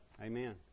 Amen